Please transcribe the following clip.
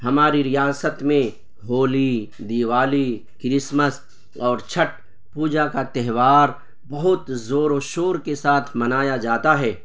ہماری ریاست میں ہولی دیوالی کرسمس اور چھٹ پوجا کا تہوار بہت زور و شور کے ساتھ منایا جاتا ہے